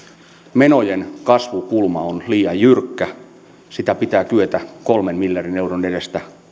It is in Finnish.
menojen kasvukulma on liian jyrkkä sitä menojen kasvukulmaa pitää kyetä kolmen miljardin euron edestä